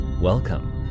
Welcome